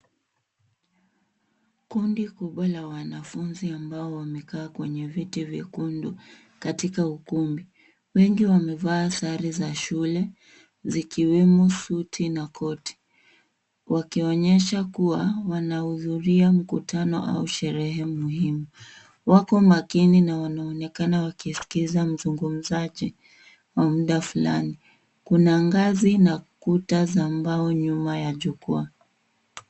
Kundi kubwa la wanafunzi ambao wamekaa kwenye viti kubwa ya nyekundu katika ukumbi. Wengi wamevaa sare za shule zikiwemo suti na koti wakionyesha kuwa wanahudhuria mkutano au sherehe muhimu. Wako makini na wanaonekana wakiskiza mzungumzaji wa muda fulani. Kuna ngazi na kuta za mbao nyuma ya jukwaa.